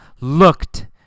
looked